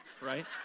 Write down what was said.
right